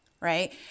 right